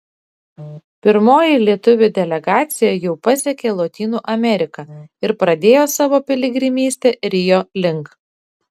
pirmoji lietuvių delegacija jau pasiekė lotynų ameriką ir pradėjo savo piligrimystę rio link